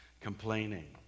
complaining